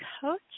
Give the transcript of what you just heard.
coach